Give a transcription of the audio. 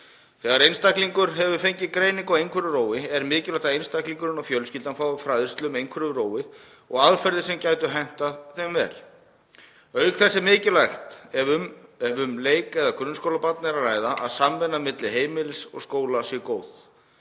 Þegar einstaklingur hefur fengið greiningu á einhverfurófi er mikilvægt að einstaklingurinn og fjölskyldan fái fræðslu um einhverfurófið og aðferðir sem gætu hentað þeim vel. Auk þess er mikilvægt ef um leik- eða grunnskólabarn er að ræða að samvinna milli heimilis og skóla sé góð.